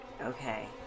Okay